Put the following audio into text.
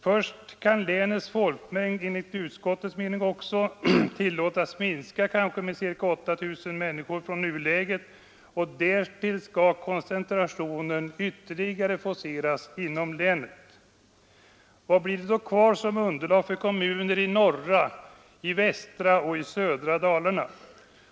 Först kan länets folkmängd enligt utskottets mening tillåtas minska med kanske 8 000 människor från nuläget, och därtill skall koncentrationen ytterligare forceras inom länet. Vad blir det då kvar som underlag för kommuner i norra, västra och södra Dalarna?